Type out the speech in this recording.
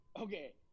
okay